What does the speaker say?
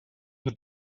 with